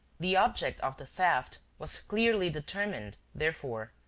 the object of the theft was clearly determined, therefore,